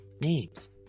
names